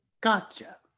Gotcha